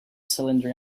cylinder